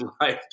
life